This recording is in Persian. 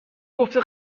گفته